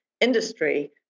industry